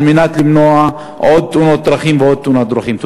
על מנת למנוע עוד תאונות דרכים ועוד תאונות דרכים.